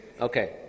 Okay